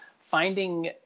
finding